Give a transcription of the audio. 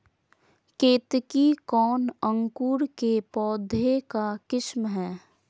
केतकी कौन अंकुर के पौधे का किस्म है?